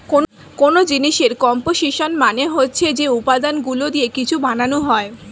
কোন জিনিসের কম্পোসিশন মানে হচ্ছে যে উপাদানগুলো দিয়ে কিছু বানানো হয়